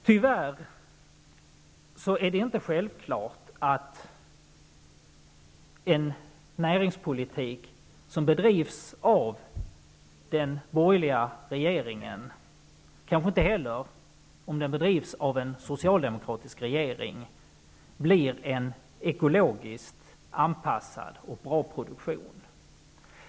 Tyvärr är det inte självklart att en näringspolitik som bedrivs av den borgerliga regeringen, och kanske inte heller en politik som bedrivs av en socialdemokratisk regering, leder till en ekologiskt anpassad och bra produktion.